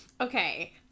Okay